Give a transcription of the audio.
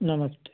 नमस्ते